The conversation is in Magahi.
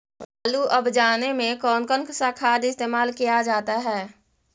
आलू अब जाने में कौन कौन सा खाद इस्तेमाल क्या जाता है?